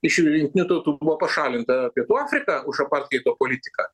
iš jungtinių tautų buvo pašalinta pietų afrika už apartheido politiką